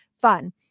fun